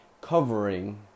covering